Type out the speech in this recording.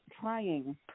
trying